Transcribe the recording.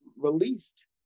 released